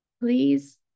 please